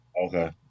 Okay